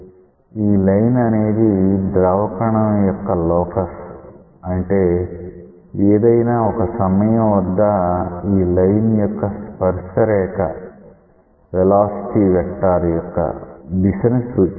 ఈ లైన్ అనేది ద్రవ కణం యొక్క లోకస్ అంటే ఏదైనా ఒక సమయం వద్ద ఈ లైన్ యొక్క స్పర్శరేఖ వెలాసిటీ వెక్టార్ యొక్క దిశ ని సూచిస్తుంది